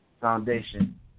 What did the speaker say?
Foundation